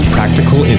Practical